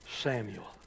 Samuel